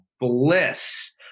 bliss